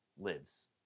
lives